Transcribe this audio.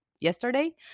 yesterday